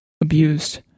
abused